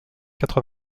quatre